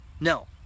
No